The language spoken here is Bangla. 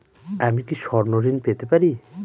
আমি কি স্বর্ণ ঋণ পেতে পারি?